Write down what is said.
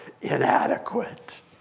inadequate